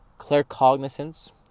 claircognizance